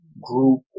group